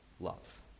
love